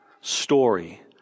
story